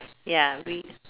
ya we